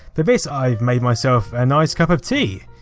for this i've made myself a nice cup of tea.